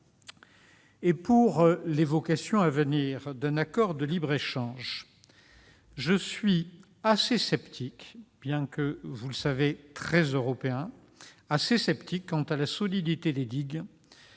les vocations à venir d'un accord de libre-échange, je suis assez sceptique bien que, vous le savez, très européen, quant à la solidité des digues